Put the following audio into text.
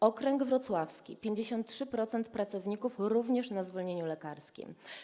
Okręg wrocławski - 53% pracowników na zwolnieniu lekarskim.